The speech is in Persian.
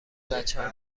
بچه